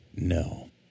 no